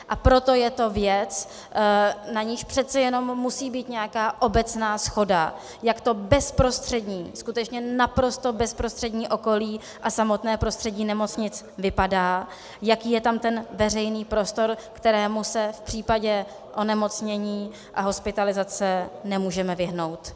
A proto je to věc, na níž přece jenom musí být nějaká obecná shoda, jak to bezprostřední, skutečně naprosto bezprostřední okolí a samotné prostředí nemocnic vypadá, jaký je tam ten veřejný prostor, kterému se v případě onemocnění a hospitalizace nemůžeme vyhnout.